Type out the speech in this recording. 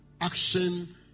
action